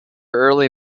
early